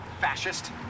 fascist